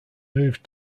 moved